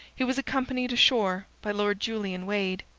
he was accompanied ashore by lord julian wade.